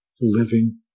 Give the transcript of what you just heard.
living